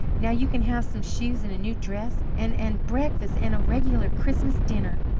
now you can have some shoes! and a new dress! and and breakfast, and a regular christmas dinner!